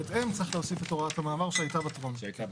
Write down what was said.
בהתאם צריך להוסיף את הוראת המעבר שהיתה בטרומית.